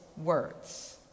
words